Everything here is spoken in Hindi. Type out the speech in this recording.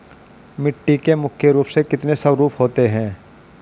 मिट्टी के मुख्य रूप से कितने स्वरूप होते हैं?